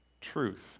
truth